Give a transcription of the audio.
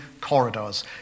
corridors